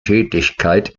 tätigkeit